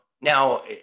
now